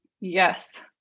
yes